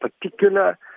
particular